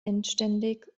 endständig